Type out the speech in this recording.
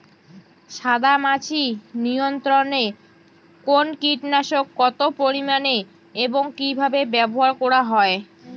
সাদামাছি নিয়ন্ত্রণে কোন কীটনাশক কত পরিমাণে এবং কীভাবে ব্যবহার করা হয়?